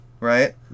Right